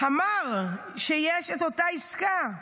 הוא אמר שיש את אותה עסקה.